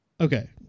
okay